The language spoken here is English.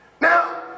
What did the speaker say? now